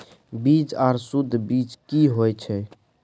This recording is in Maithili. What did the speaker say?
बीज आर सुध बीज की होय छै?